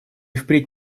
впредь